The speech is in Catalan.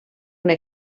una